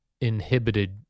inhibited